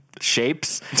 shapes